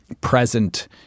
present